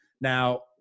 now